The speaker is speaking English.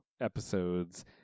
episodes